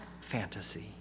fantasy